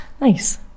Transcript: Nice